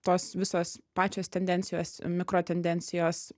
tos visos pačios tendencijos mikro tendencijos